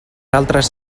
altres